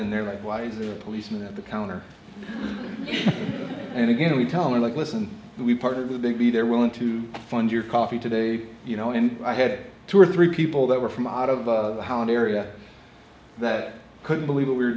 and they're like why is there a policeman at the counter and again we tell it like listen we're part of the big b they're willing to fund your coffee today you know and i had two or three people that were from out of how an area that couldn't believe what we